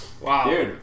Wow